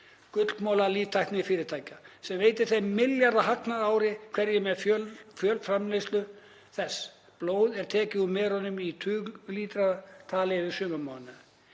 „gullmola“ líftæknifyrirtækja, sem veitir þeim milljarðahagnað á ári hverju með fjöldaframleiðslu þess. Blóð er tekið úr merum í tuglítratali yfir sumarmánuðina.“